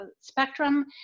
spectrum